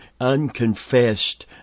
unconfessed